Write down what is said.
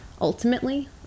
ultimately